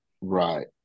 Right